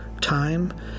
time